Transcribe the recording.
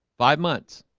five months,